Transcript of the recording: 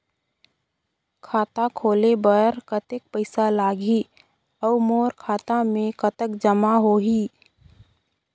खाता खोले बर कतेक पइसा लगही? अउ मोर खाता मे कतका जमा होही?